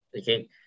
Okay